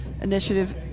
Initiative